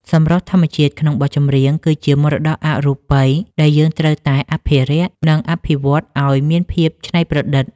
សម្រស់ធម្មជាតិក្នុងបទចម្រៀង គឺជាមរតកអរូបីដែលយើងត្រូវតែអភិរក្ស និងអភិវឌ្ឍឱ្យមានភាពច្នៃប្រឌិត។